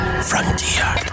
Frontier